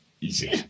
Easy